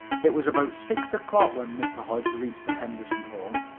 it was about six o'clock when mr. hodge reached the henderson home.